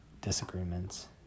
disagreements